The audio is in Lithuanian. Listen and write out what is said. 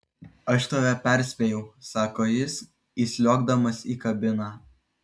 aš tave perspėjau sako jis įsliuogdamas į kabiną